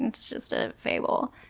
it's just a fable.